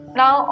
now